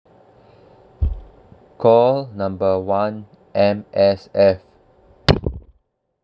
call number one M_S_F